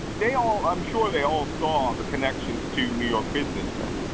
they all, i'm sure they all saw the connections to new york businessman.